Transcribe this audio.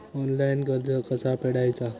Online कर्ज कसा फेडायचा?